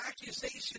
accusation